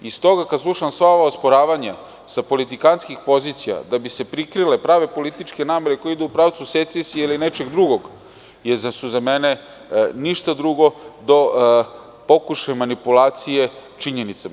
Stoga, kad slušam sva ova osporavanja sa politikantskih pozicija, da bi se prikrile prave političke namere koje idu u pravcu secesije ili nečeg drugog, su za mene ništa drugo do pokušaj manipulacije činjenicama.